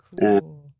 cool